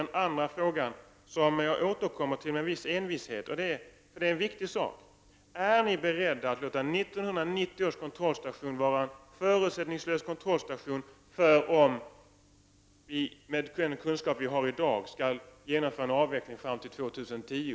En annan fråga som jag återkommer till med viss envishet eftersom det gäller något viktigt, är följande: Är regeringen beredd att låta 1990 års kontrollstation vara en förutsättningslös kontrollstation för om vi, med den kunskap vi har i dag, skall genomföra en avveckling fram till år 2010?